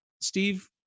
Steve